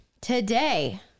Today